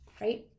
right